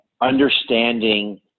understanding